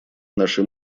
наши